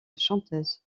chanteuse